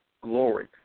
glory